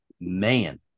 man